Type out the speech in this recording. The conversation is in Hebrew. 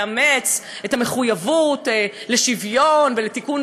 אדם שמדינת ישראל החליטה להעמידו לדין ולנסות לשלול את אזרחותו,